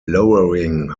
lowering